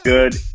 Good